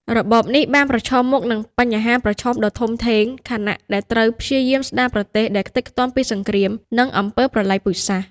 របបនេះបានប្រឈមមុខនឹងបញ្ហាប្រឈមដ៏ធំធេង ខណៈដែលត្រូវព្យាយាមស្ដារប្រទេសដែលខ្ទេចខ្ទាំពីសង្គ្រាម និងអំពើប្រល័យពូជសាសន៍។